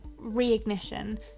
reignition